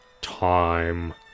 time